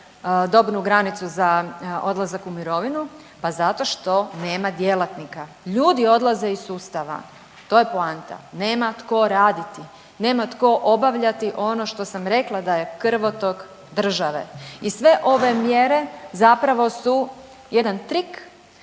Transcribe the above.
dobnu granicu za odlazak u mirovinu, pa zato što nema djelatnika, ljudi odlaze iz sustava, to je poanta, nema tko raditi, nema tko obavljati ono što sam rekla da je krvotok države i sve ove mjere zapravo su jedan trik